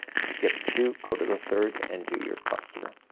skip two, go to the third and do your cluster.